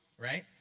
Right